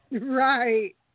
Right